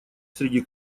среди